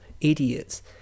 idiots